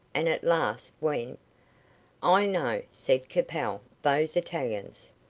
and at last, when i know, said capel, those italians.